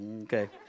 Okay